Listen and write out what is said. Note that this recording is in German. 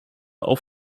auch